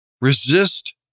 resist